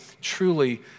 truly